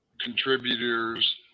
contributors